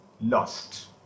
lost